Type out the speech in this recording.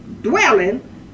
dwelling